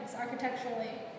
architecturally